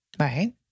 Right